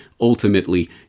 ultimately